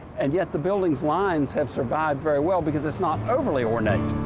and yet, the building's lines have survived very well because it's not overly ornate.